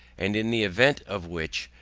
and in the event of which,